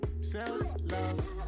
self-love